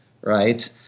Right